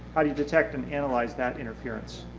how do you detect and analyze that interference?